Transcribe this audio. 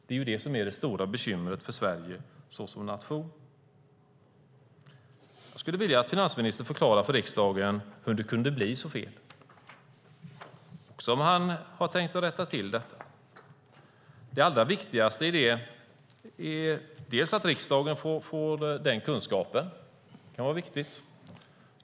Det är det som är det stora bekymret för Sverige som nation. Jag skulle vilja att finansministern förklarar för riksdagen hur det kunde bli så fel och om han har tänkt rätta till detta. Det allra viktigaste är att riksdagen får den kunskapen. Det kan vara viktigt.